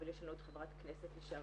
אבל יש לנו את חברת הכנסת לשעבר,